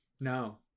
No